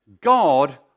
God